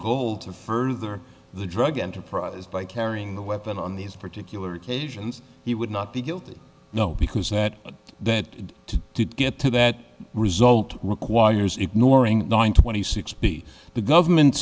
goal to further the drug enterprise by carrying the weapon on these particular occasions he would not be guilty no because that that did get to that result requires ignoring nine twenty six b the government